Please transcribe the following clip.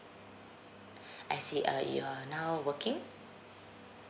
I see uh you're now working